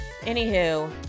Anywho